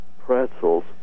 pretzels